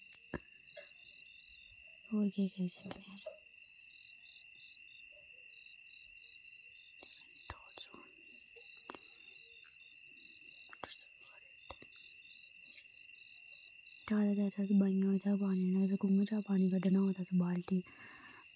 किश किश बाईं चा पानी कड्ढना होऐ ते नेईं पर अगर तुसें खूहें चा पानी कड्ढना होऐ ते बाल्टी